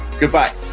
Goodbye